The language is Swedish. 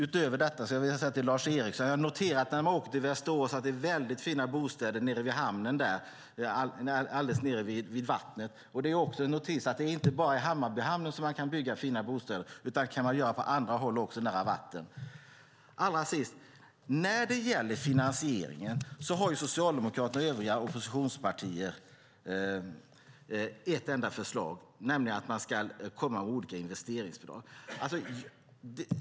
Utöver detta vill jag säga till Lars Eriksson att jag har noterat när jag åkt till Västerås att det är väldigt fina bostäder nere vid hamnen där, alldeles nere vid vattnet. Det är också en notis att det inte bara är i Hammarbyhamnen som man kan bygga fina bostäder nära vatten, utan det kan man också göra på andra håll. Allra sist: När det gäller finansieringen har Socialdemokraterna och övriga oppositionspartier ett enda förslag, nämligen olika investeringsbidrag.